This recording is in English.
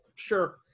sure